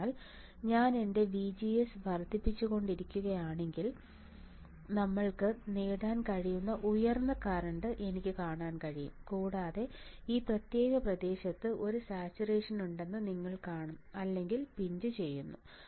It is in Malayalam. അതിനാൽ ഞാൻ എന്റെ VGS വർദ്ധിപ്പിച്ചുകൊണ്ടിരിക്കുകയാണെങ്കിൽ ഞങ്ങൾക്ക് നേടാൻ കഴിയുന്ന ഉയർന്ന കറൻറ് എനിക്ക് കാണാൻ കഴിയും കൂടാതെ ഈ പ്രത്യേക പ്രദേശത്ത് ഒരു സാച്ചുറേഷൻ ഉണ്ടെന്ന് നിങ്ങൾ കാണും അല്ലെങ്കിൽ പിഞ്ച് ചെയ്യുന്നു